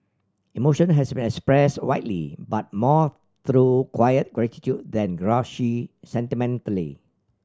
emotion has expressed widely but more through quiet gratitude than gushy sentimentality